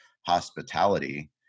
hospitality